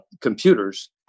computers